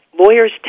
lawyers